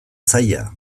zaila